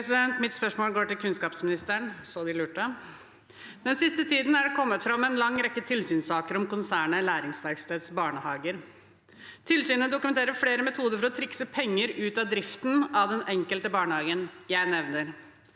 Mitt spørsmål går til kunnskapsministeren. Den siste tiden er det kommet fram en lang rekke tilsynssaker om konsernet Læringsverkstedet sine barnehager. Tilsynet dokumenterer flere metoder for å trikse penger ut av driften av den enkelte barnehagen. Jeg nevner: